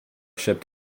shipped